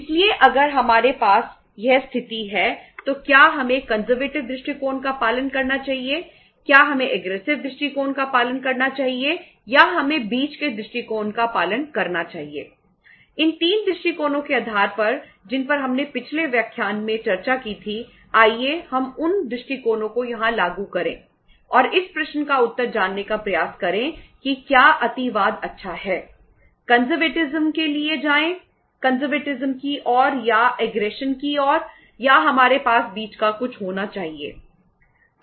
इसलिए अगर हमारे पास यह स्थिति है तो क्या हमें कंजरवेटिव की ओर या हमारे पास बीच का कुछ होना चाहिए